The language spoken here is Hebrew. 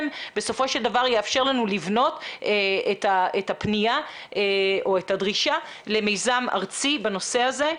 בסופו של דבר יאפשר לנו לבנות את הדרישה למיזם ארצי בנושא הזה.